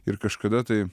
ir kažkada tai